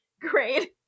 Great